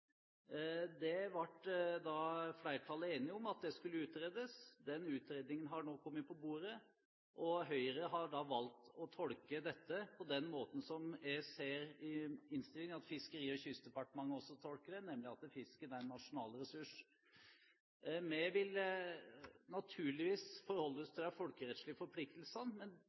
Det ble flertallet enige om at skulle utredes. Den utredningen har nå kommet på bordet, og Høyre har da valgt å tolke dette på den måten som jeg ser av innstillingen at Fiskeri- og kystdepartementet også tolker det, nemlig at fisken er en nasjonal ressurs. Vi vil naturligvis forholde oss til de folkerettslige forpliktelsene, men